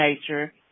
nature